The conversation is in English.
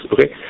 Okay